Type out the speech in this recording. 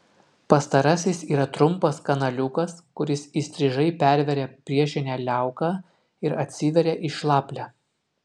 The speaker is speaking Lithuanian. pastarasis yra trumpas kanaliukas kuris įstrižai perveria priešinę liauką ir atsiveria į šlaplę